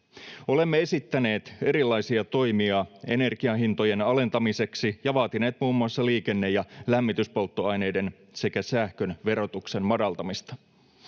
Olemme esittäneet erilaisia toimia energian hintojen alentamiseksi ja vaatineet muun muassa liikenne- ja lämmityspolttoaineiden sekä sähkön verotuksen madaltamista.